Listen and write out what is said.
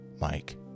Mike